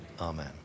Amen